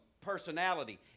personality